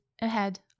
ahead